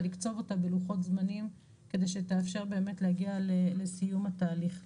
אבל לקצוב אותה בלוחות זמנים כדי שתאפשר באמת להגיע לסיום התהליך.